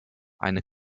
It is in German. eine